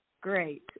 Great